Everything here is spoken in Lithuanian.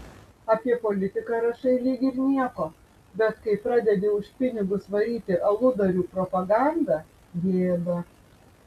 apie politiką rašai lyg ir nieko bet kai pradedi už pinigus varyti aludarių propagandą gėda